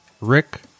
Rick